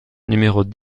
numéros